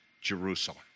Jerusalem